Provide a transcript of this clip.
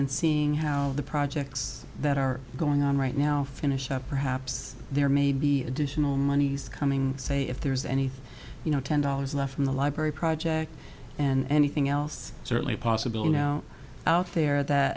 then seeing how the projects that are going on right now finish up perhaps there may be additional monies coming say if there's anything you know ten dollars left in the library project and anything else certainly possible you know out there that